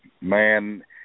Man